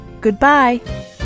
Goodbye